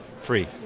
free